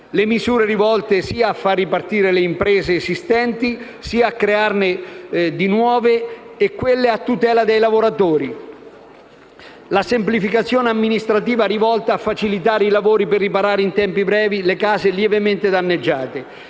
le misure rivolte sia a far ripartire le imprese esistenti, sia a crearne di nuove, e quelle a tutela dei lavoratori; la semplificazione amministrativa rivolta a facilitare i lavori per riparare in tempi brevi le case lievemente danneggiate.